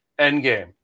Endgame